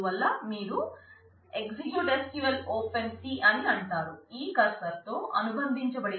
మీరు ఒక క్వైరీని ఆ కర్సర్ లోకి పొందవచ్చు